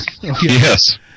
Yes